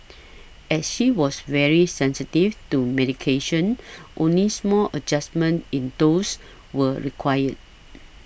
as she was very sensitive to medications only small adjustments in doses were required